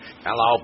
Hello